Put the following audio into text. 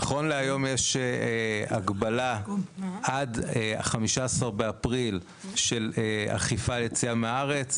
נכון להיום יש הגבלה עד ל-15 באפריל של אכיפה ליציאה מהארץ,